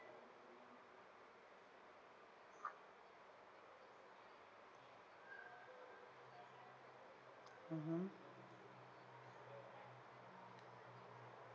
mmhmm